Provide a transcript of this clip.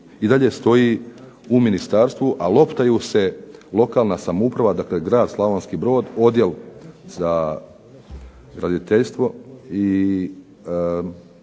dalje stoji u ministarstvu, a lopta se lokalna samouprava, dakle grad Slavonski Brod, Odjel za graditeljstvo i